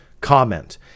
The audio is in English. comment